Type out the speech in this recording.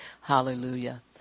Hallelujah